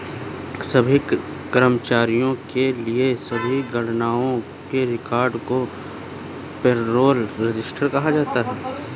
सभी कर्मचारियों के लिए सभी गणनाओं के रिकॉर्ड को पेरोल रजिस्टर कहा जाता है